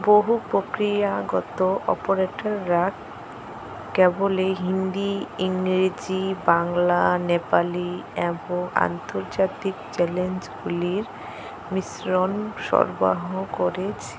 বহু প্রক্রিয়াগত অপারেটাররা কেবলে হিন্দি ইংরেজি বাংলা নেপালি এব আন্তর্জাতিক চ্যালেঞ্জগুলির মিশ্রণ সরবরাহ করেছ